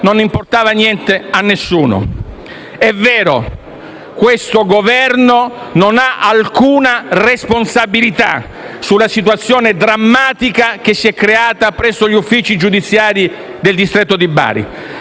non importava niente a nessuno. È vero, questo Governo non ha alcuna responsabilità rispetto alla situazione drammatica che si è creata presso gli uffici giudiziari del distretto di Bari,